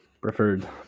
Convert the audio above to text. preferred